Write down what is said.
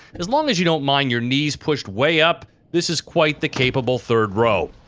as long as you don't mind your knees pushed way up this is quite the capable third row.